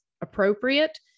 appropriate